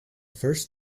first